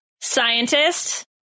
scientist